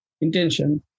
intention